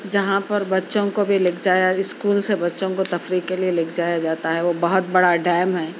جہاں پر بچوں کو بھی لے کے جایا اسکول سے بچوں کو تفریح کے لئے لےکے جایا جاتا ہے وہ بہت بڑا ڈیم ہے